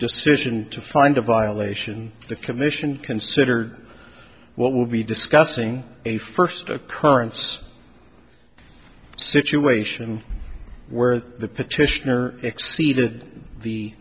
decision to find a violation the commission considered what would be discussing a first occurrence situation where the petitioner exceeded the